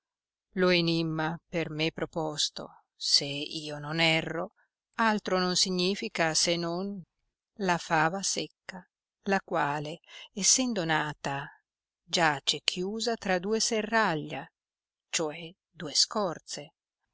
lo enimma per me proposto se io non erro altro non significa se non la fava secca la quale essendo nata giace chiusa tra due serraglia cioè due scorze